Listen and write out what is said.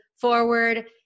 forward